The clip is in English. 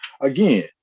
Again